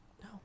No